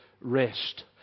rest